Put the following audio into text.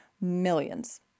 millions